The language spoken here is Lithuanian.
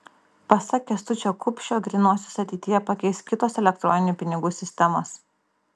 pasak kęstučio kupšio grynuosius ateityje pakeis kitos elektroninių pinigų sistemos